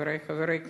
חברי חברי הכנסת,